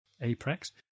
apex